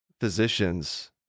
physicians